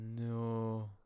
no